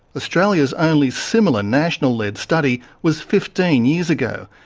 australia's only similar national lead study was fifteen years ago,